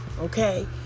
okay